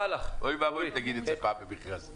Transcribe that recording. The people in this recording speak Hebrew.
אוי ואבוי אם תגיד את זה פעם בבית כנסת.